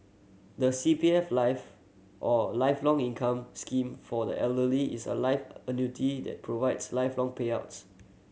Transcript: the C P F Life or Lifelong Income Scheme for the Elderly is a life annuity that provides lifelong payouts